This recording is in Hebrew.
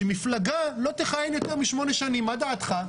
שמפלגה לא תכהן יותר משמונה שנים מה דעתך?